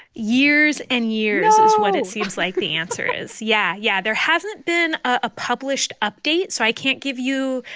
years and years. no. is what it seems like the answer is. yeah, yeah. there hasn't been a published update, so i can't give you,